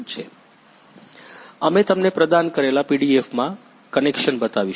અમે તમને પ્રદાન કરેલા પીડીએફમાં કનેક્શન બતાવીશું